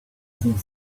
using